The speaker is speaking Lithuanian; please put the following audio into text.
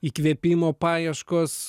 įkvėpimo paieškos